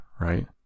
right